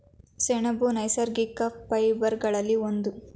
ಸೆಣಬು ನೈಸರ್ಗಿಕ ಫೈಬರ್ ಗಳಲ್ಲಿ ಒಂದು